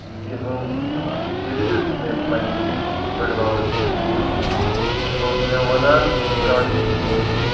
یِہِنٛز دلیٖل چھِ مے پَننِس بٕڈبَبَس نِش بوٗزمٕژ سُہ اوس مے وَنان کہِ گانٛدھی جیٖیَن چھ